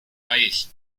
país